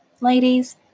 Ladies